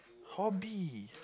hobby